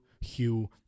Hugh